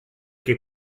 che